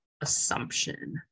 assumption